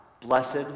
Blessed